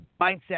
mindset